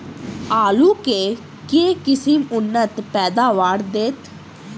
आलु केँ के किसिम उन्नत पैदावार देत?